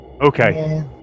Okay